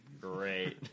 great